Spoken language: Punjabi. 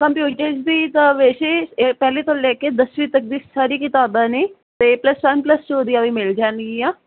ਕੰਪਿਊਟਰ ਦੀ ਤਾਂ ਵੈਸੇ ਪਹਿਲੀ ਤੋਂ ਲੈ ਕੇ ਦਸਵੀਂ ਤੱਕ ਦੀ ਸਾਰੀ ਕਿਤਾਬਾਂ ਨੇ ਅਤੇ ਪਲੱਸ ਵਨ ਪਲੱਸ ਟੂ ਦੀਆਂ ਵੀ ਮਿਲ ਜਾਣਗੀਆਂ